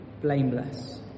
blameless